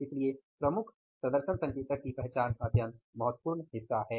इसलिए प्रमुख प्रदर्शन संकेतक की पहचान अत्यंत महत्वपूर्ण हिस्सा है